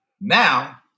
Now